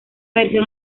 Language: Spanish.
versión